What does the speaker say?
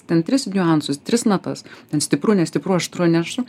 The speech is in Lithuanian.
ten tris niuansus tris natas ten stipru nestipru aštru neaštru